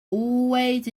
always